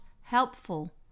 helpful